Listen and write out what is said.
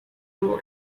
grow